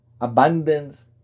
abundance